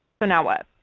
so now what?